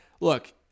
look